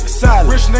solid